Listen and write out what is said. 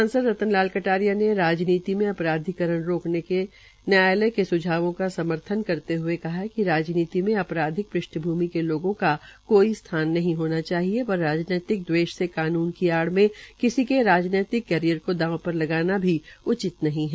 सांसद रतन लाल कटारिया ने राजनीति में अपराधीकरण रोकने के न्यायालय के सुझावों का समर्थन करते हए कहा है कि राजनीति मे अपराधिक पृष्ठ भूमि के लोगों का कोई स्थान नहीं होना चाहिए पर राजनैतिक दवेष से कानून की आड़ में किसी के राजनैतिक कैरियर को दाव पर लगाना भी उचित नहीं है